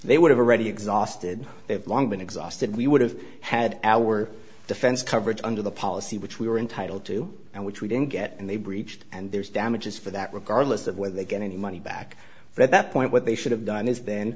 they would have already exhausted they've long been exhausted we would have had our defense coverage under the policy which we were entitled to and which we didn't get and they breached and there's damages for that regardless of whether they get any money back for at that point what they should have done is then